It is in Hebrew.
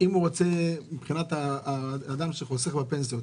מבחינת האדם שחוסך בפנסיה,